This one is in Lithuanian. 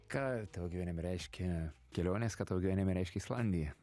ką tavo gyvenime reiškia kelionės ką tavo gyvenime reiškia islandija